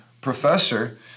professor